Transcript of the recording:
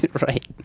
right